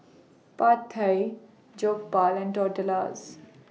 Pad Thai Jokbal and Tortillas